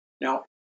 Now